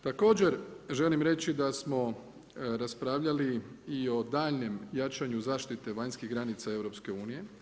Također želim reći da smo raspravljali i o daljnjem jačanju zaštite vanjske granice EU.